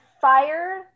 fire